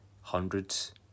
hundreds